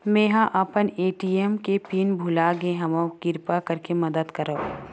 मेंहा अपन ए.टी.एम के पिन भुला गए हव, किरपा करके मदद करव